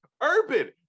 Urban